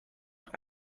auch